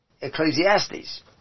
Ecclesiastes